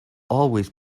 always